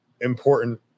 important